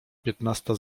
piętnasta